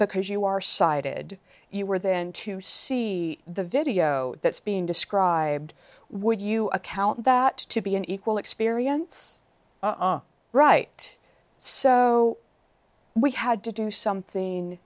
because you are sighted you were then to see the video that's being described would you account that to be an equal experience right so we had to do something